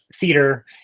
theater